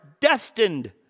Destined